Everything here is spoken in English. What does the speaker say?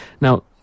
Now